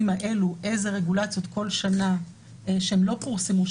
הללו אילו רגולציות בכל שנה לא פורסמו,